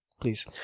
please